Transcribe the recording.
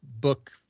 book